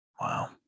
Wow